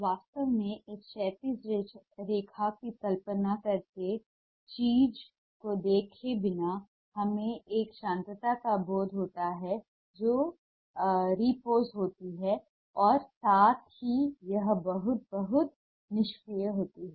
वास्तव में एक क्षैतिज रेखा की कल्पना करके चीज़ को देखे बिना हमें एक शांतता का बोध होता है जो रिपोज होती है और साथ ही यह बहुत बहुत निष्क्रिय होती है